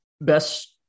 best